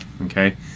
okay